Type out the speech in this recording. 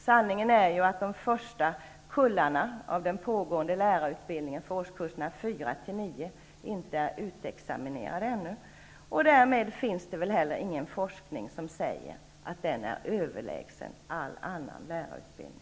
Sanningen är ju att de första kullarna av den pågående lärarutbildningen för årskurserna 4-- 9 ännu inte är utexaminerade, och därmed finns det väl inte heller någon forskning som säger att den är överlägsen all annan lärarutbildning.